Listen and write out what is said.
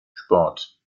sport